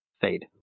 fade